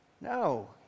no